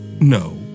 no